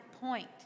point